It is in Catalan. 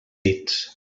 dits